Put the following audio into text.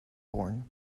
born